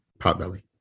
Potbelly